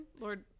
Lord